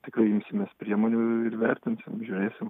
tikrai imsimės priemonių ir vertinsim žiūrėsim